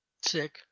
Sick